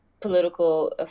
political